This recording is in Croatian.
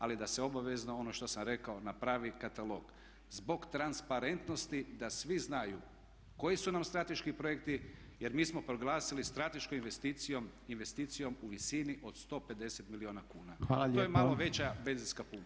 Ali da se obavezno ono što sam rekao napravi katalog zbog transparentnosti da svi znaju koji su nam strateški projekti, jer mi smo proglasili strateškom investicijom, investicijom u visini od 150 milijuna kuna [[Upadica predsjednik: Hvala lijepo.]] To je malo veća benzinska pumpa.